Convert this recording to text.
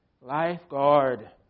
lifeguard